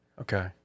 Okay